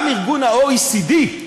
גם ה-OECD,